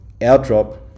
airdrop